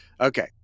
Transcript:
Okay